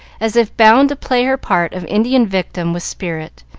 as if bound to play her part of indian victim with spirit,